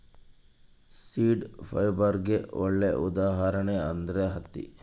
seed ಫೈಬರ್ಗೆ ಒಳ್ಳೆ ಉದಾಹರಣೆ ಅಂದ್ರೆ ಹತ್ತಿ